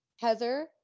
Heather